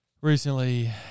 recently